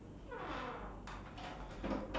ya three on the right side eh